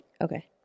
Okay